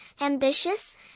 ambitious